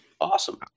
Awesome